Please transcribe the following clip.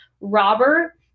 Robert